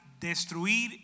destruir